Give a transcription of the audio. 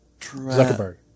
Zuckerberg